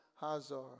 Hazar